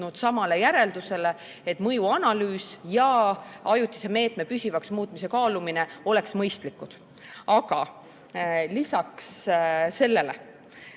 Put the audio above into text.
samale järeldusele, et mõjuanalüüs ja ajutise meetme püsivaks muutmise kaalumine oleks mõistlik. Aga lisaks sellele,